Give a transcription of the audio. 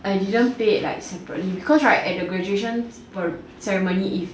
I didn't pay it like separately because right at the graduation ceremony if